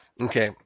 Okay